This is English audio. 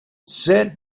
said